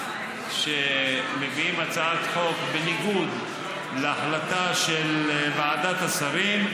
כשמביאים הצעת חוק בניגוד להחלטה של ועדת השרים,